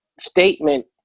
statement